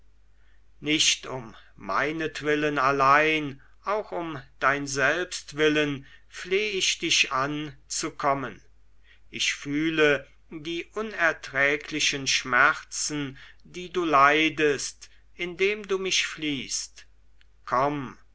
nicht um meinetwillen allein auch um dein selbst willen fleh ich dich an zu kommen ich fühle die unerträglichen schmerzen die du leidest indem du mich fliehst komm